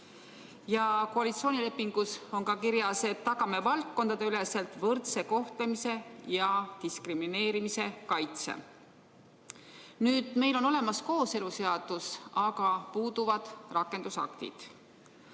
Koalitsioonilepingus on ka kirjas, et tagame valdkondadeüleselt võrdse kohtlemise ja diskrimineerimise kaitse. Meil on olemas kooseluseadus, aga puuduvad rakendusaktid.